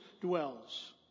dwells